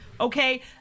Okay